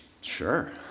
Sure